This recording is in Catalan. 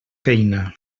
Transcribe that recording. feina